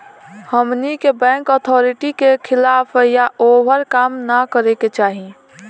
हमनी के bank authority के खिलाफ या ओभर काम न करे के चाही